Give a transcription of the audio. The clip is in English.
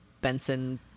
Benson